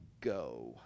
go